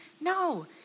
No